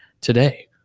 today